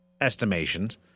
estimations